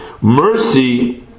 Mercy